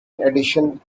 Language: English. addition